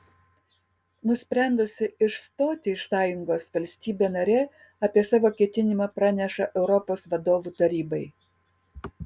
nusprendusi išstoti iš sąjungos valstybė narė apie savo ketinimą praneša europos vadovų tarybai